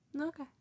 Okay